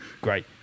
Great